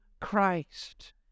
Christ